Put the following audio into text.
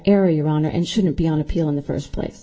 area around and shouldn't be on appeal in the first place